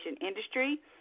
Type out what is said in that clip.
industry